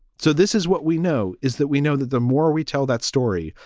so this is what we know is that we know that the more we tell that story,